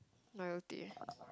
loyalty